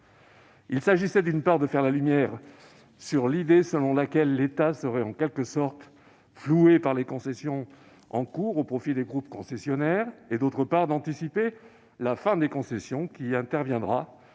Il s'agissait, d'une part, de faire la lumière sur l'idée selon laquelle l'État serait, en quelque sorte, floué par les concessions en cours au profit des groupes concessionnaires et, d'autre part, d'anticiper la fin des concessions, qui interviendra